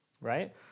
right